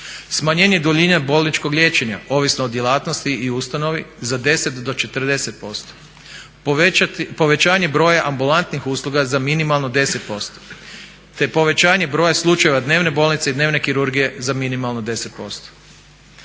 smanjenje duljine bolničkog liječenja, ovisno o djelatnosti i ustanovi za 10 do 40%, povećanje broja ambulantnih usluga za minimalno 10%, te povećanje broja slučajeva dnevne bolnice i dnevne kirurgije za minimalno 10%.